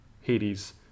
Hades